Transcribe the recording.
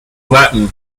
latin